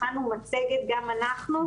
הכנו מצגת גם אנחנו.